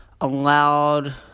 Allowed